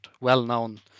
well-known